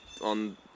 on